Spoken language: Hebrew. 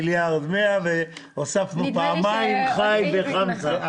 מיליארד שקל והוספנו פעמיים ח"י וחמסה.